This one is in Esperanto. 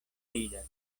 ridas